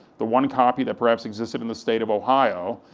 the one copy that perhaps existed in the state of ohio,